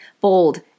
bold